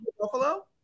Buffalo